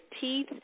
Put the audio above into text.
teeth